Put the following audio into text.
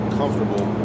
comfortable